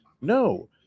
No